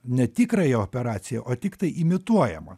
netikrąją operaciją o tiktai imituojamą